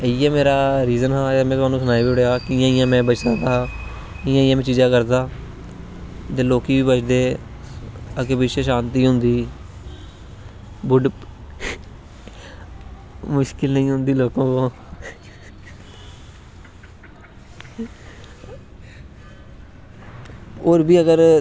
ते इयै मेरा रिज़न हा में तोआनू सनाई ओड़ेआ कियां कियां में बची सकदा हा कियां कियां में चीज़ां करदा ते लोकी बी बचदे अग्गैं पिच्छें शांति होंदी मुश्किल नेंई होंदी लोकें गी होर बी अगर